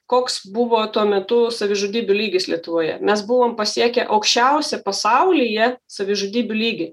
koks buvo tuo metu savižudybių lygis lietuvoje mes buvom pasiekę aukščiausią pasaulyje savižudybių lygį